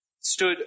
stood